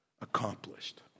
accomplished